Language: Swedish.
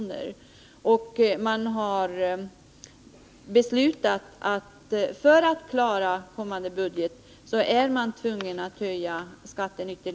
Man har dessutom beslutat att höja skatten med ytterligare 40 öre för att klara kommande budget.